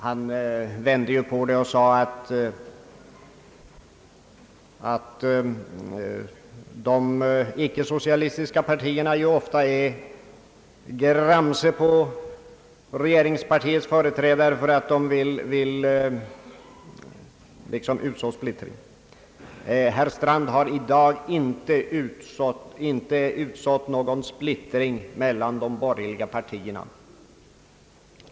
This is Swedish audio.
Han vände ju på det hela och sade att de icke socialistiska partierna ofta är gramse på regeringspartiets företrädare för att de vill utså splittring. Herr Strand har i dag inte utsått någon splittring mellan de borgerliga partierna.